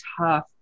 tough